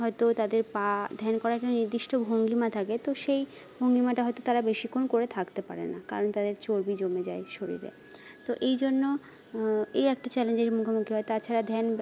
হয়তো তাদের পা ধ্যান করার একটি নির্দিষ্ট ভঙ্গিমা থাকে তো সেই ভঙ্গিমাটা হয়তো তারা বেশিক্ষণ করে থাকতে পারে না কারণ তাদের চর্বি জমে যায় শরীরে তো এই জন্য এই একটা চ্যালেঞ্জের মুখোমুখি হয় তাছাড়া ধ্যান